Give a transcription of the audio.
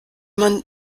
man